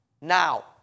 Now